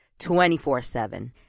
24-7